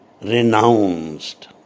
renounced